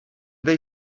they